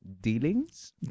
dealings